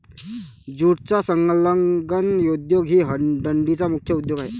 ज्यूटचा संलग्न उद्योग हा डंडीचा मुख्य उद्योग आहे